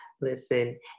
Listen